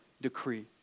decree